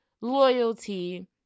loyalty